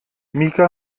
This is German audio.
mika